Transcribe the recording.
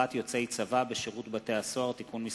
יוצאי צבא בשירות בתי-הסוהר) (תיקון מס'